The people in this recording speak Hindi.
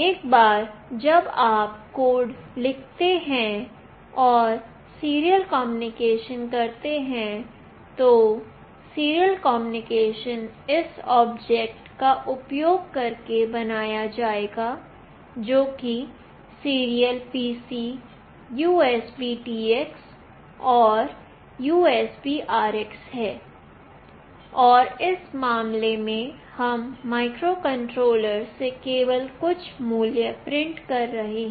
एक बार जब आप एक कोड लिखते हैं और सीरियल कम्युनिकेशन करते हैं तो सीरियल कम्युनिकेशन इस ऑब्जेक्ट का उपयोग करके बनाया जाएगा जो कि सीरियल PC USBTX और USBRX है और इस मामले में हम माइक्रोकंट्रोलर से केवल कुछ मूल्य प्रिंट कर रहे हैं